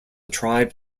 tribe